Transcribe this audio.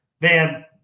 man